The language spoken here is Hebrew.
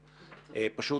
פשוט,